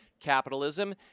Capitalism